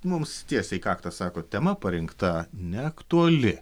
mums tiesiai į kaktą sako tema parinkta neaktuali